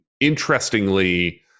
interestingly